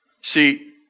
See